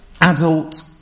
adult